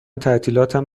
تعطیلاتم